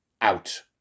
out